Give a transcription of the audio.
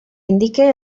indique